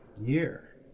year